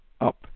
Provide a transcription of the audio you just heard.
up